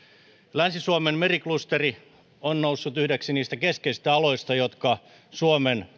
länsi suomen meriklusteri on noussut yhdeksi niistä keskeisistä aloista jotka suomen